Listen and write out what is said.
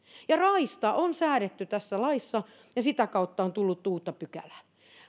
raista on säädetty tässä laissa ja sitä kautta on tullut uutta pykälää